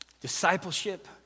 Discipleship